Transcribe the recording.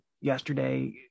yesterday